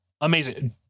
amazing